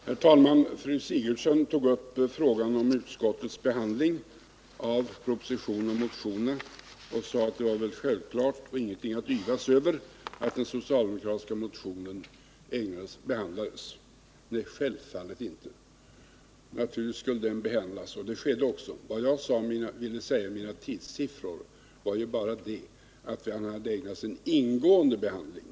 Herr talman! Fru Sigurdsen tog upp frågan om utskottets behandling av propositionen och motionerna och sade att det var en självklarhet, och ingenting att yvas över, att den socialdemokratiska motionen behandlats. Nej, självfallet inte. Naturligtvis skulle den behandlas, och det skedde också. Vad jag ville säga med mina tidssiffror var bara att den hade ägnats en ingående behandling.